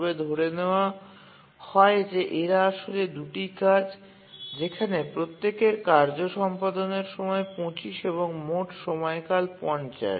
তবে ধরে নেওয়া হয় যে এরা আসলে ২ টি কাজ যেখানে প্রত্যেকের কার্য সম্পাদনের সময় ২৫ এবং মোট সময়কাল ৫০